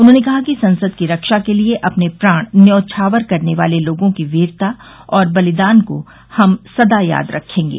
उन्होंने कहा कि संसद की रक्षा के लिए अपने प्राण न्यौछावर करने वाले लोगों की वीरता और बलिदान को हम सदा याद रखेंगे